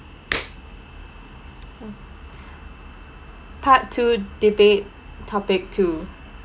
part two debate topic two